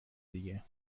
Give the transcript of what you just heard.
دیگه